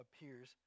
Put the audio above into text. appears